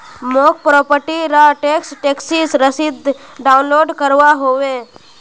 मौक प्रॉपर्टी र tax taxi रसीद डाउनलोड करवा होवे